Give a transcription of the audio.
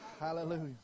Hallelujah